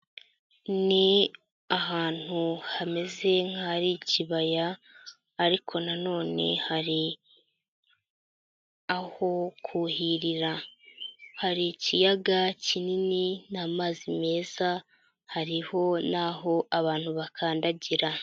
Ni ahantu hameze nk'ahari ikibaya ariko nanone hari aho kuhirira, hari ikiyaga kinini n'amazi meza hariho n'aho abantu bakandagira.